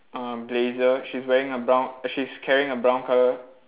um blazer she's wearing a brown she's carrying a brown colour